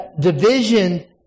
division